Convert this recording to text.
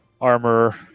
armor